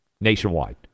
nationwide